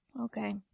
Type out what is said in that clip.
Okay